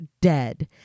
dead